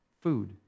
food